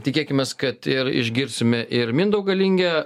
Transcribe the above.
tikėkimės kad ir išgirsime ir mindaugą lingę